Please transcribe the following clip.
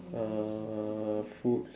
uh food